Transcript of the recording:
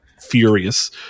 furious